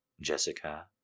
Jessica